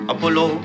Apollo